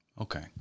Okay